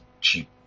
cheap